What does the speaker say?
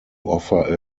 offer